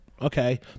Okay